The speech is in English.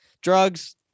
Drugs